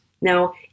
Now